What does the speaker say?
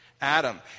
Adam